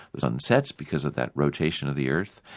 the sun sets because of that rotation of the earth,